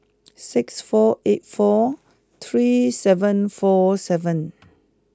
six four eight four three seven four seven